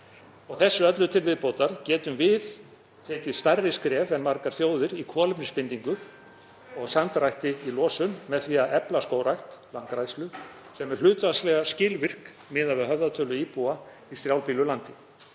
Þessu öllu til viðbótar getum við stigið stærri skref en margar þjóðir í kolefnisbindingu og samdrætti í losun með því að efla skógrækt, landgræðslu, sem er hlutfallslega skilvirk miðað við höfðatölu íbúa í strjálbýlu landi,